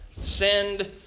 Send